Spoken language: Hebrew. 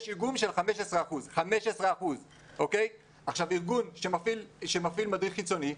יש איגום של 15%. ארגון שמפעיל מדריך חיצוני,